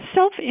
Self